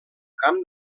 camp